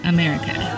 America